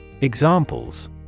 examples